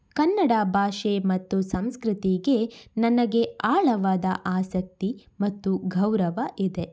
ಕನ್ನಡ ಭಾಷೆ ಮತ್ತು ಸಂಸ್ಕೃತಿಗೆ ನನಗೆ ಆಳವಾದ ಆಸಕ್ತಿ ಮತ್ತು ಗೌರವ ಇದೆ